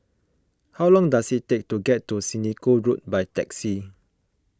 how long does it take to get to Senoko Road by taxi